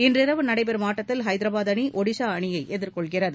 இன்றிரவு நடைபெறும் ஆட்டத்தில் ஐதராபாத் அணி ஒடிசா அணியை எதிர்கொள்கிறது